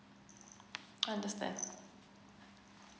understand